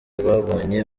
babonye